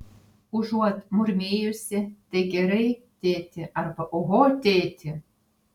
užuot murmėjusi tai gerai tėti arba oho tėti